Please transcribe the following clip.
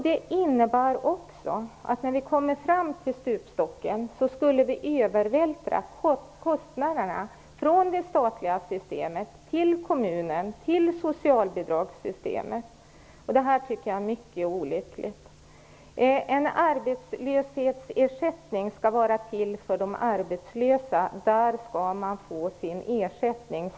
Det innebär också att när man kommer fram till stupstocken övervältras kostnaderna från det statliga systemet till kommunen, till socialbidragssystemet. Detta är mycket olyckligt. En arbetslöshetsersättning skall vara till för de arbetslösa. Där skall de få sin ersättning.